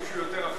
מאה אחוז.